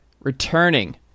returning